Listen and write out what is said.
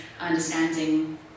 understanding